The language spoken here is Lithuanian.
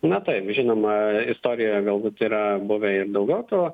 na taip žinoma istorijoj galbūt yra buvę ir daugiau to